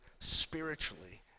spiritually